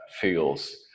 feels